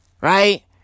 Right